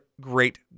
Great